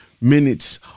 minutes